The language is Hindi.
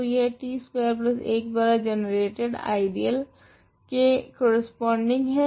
तो यह t स्कवेर 1 द्वारा जनरेटेड आइडियल के कोरेस्पोंडींग है